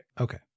Okay